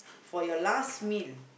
for your last meal